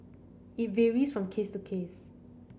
it varies from case to case